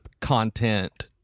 content